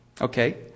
okay